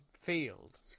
field